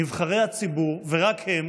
נבחרי הציבור ורק הם